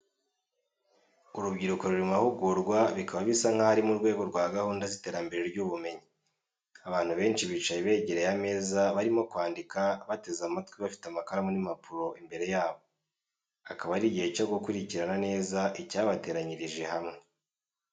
Urubyiruko ruri mu mahugurwa, bikaba bisa nkaho ari mu rwego rwa gahunda z’iterambere ry’ubumenyi. Abantu benshi bicaye begereye ameza barimo kwandika, bateze amatwi, bafite amakaramu n’impapuro imbere yabo. Akaba ari igihe cyo gukurikirana neza icyabateranyirije hamwe.